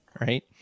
right